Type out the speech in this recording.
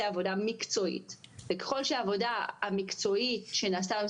עבודה מקצועית וככל שהעבודה המקצועית שנעשתה מול